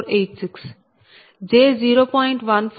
1438 j0